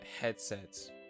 headsets